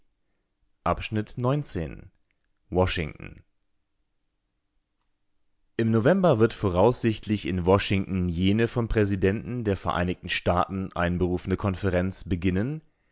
im november wird voraussichtlich in washington jene vom präsidenten der vereinigten staaten einberufene konferenz beginnen